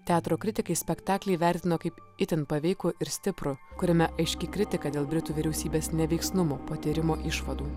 teatro kritikai spektaklį įvertino kaip itin paveikų ir stiprų kuriame aiški kritika dėl britų vyriausybės neveiksnumų po tyrimo išvadų